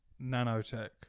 Nanotech